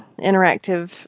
interactive